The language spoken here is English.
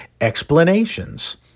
explanations